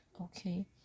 okay